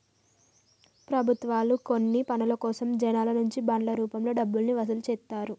ప్రభుత్వాలు కొన్ని పనుల కోసం జనాల నుంచి బాండ్ల రూపంలో డబ్బుల్ని వసూలు చేత్తండ్రు